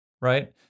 right